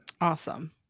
Awesome